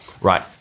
Right